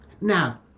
now